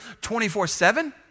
24-7